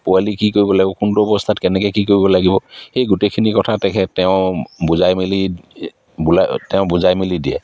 পোৱালি কি কৰিব লাগিব কোনটো অৱস্থাত কেনেকৈ কি কৰিব লাগিব সেই গোটেইখিনি কথা তেখেত তেওঁ বুজাই মেলি বুলাই তেওঁ বুজাই মেলি দিয়ে